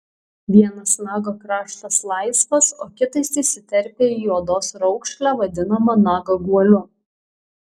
vienas nago kraštas laisvas o kitas įsiterpia į odos raukšlę vadinamą nago guoliu